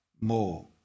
more